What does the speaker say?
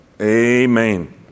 Amen